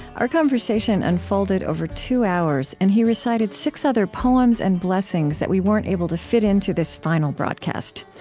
our conversation unfolded over two hours, and he recited six other poems and blessings that we weren't able to fit into this final broadcast.